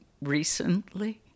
recently